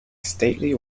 stately